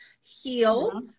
heal